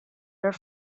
were